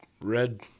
red